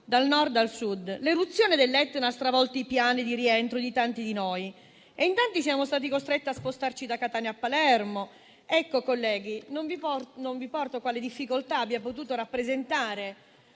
dal Nord al Sud. L'eruzione dell'Etna ha stravolto i piani di rientro di tanti di noi e in tanti siamo stati costretti a spostarci da Catania a Palermo. Colleghi, non vi riporto quali difficoltà abbia potuto rappresentare